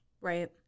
Right